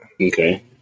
Okay